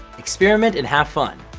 experiment and have fun.